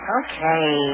okay